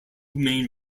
main